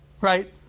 Right